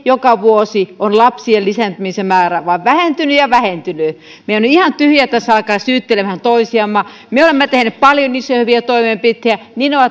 joka vuosi on lapsien lisääntymisen määrä vain vähentynyt ja vähentynyt meidän on ihan tyhjä tässä alkaa syyttelemään toisiamme me olemme tehneet paljon isoja hyviä toimenpiteitä niin ovat